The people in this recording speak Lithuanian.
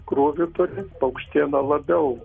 krūvį turi paukštiena labiau